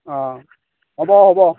অঁ হ'ব হ'ব